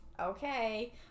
okay